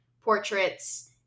portraits